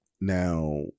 now